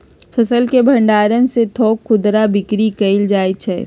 फसल के भण्डार से थोक खुदरा बिक्री कएल जाइ छइ